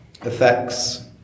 effects